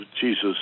Jesus